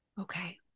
Okay